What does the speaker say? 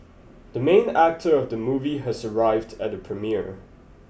the main actor of the movie has arrived at the premiere